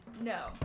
No